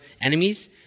enemies